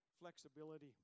flexibility